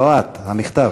לא את, המכתב.